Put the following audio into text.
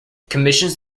commissions